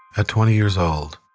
ah twenty years old,